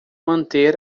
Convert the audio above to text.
manter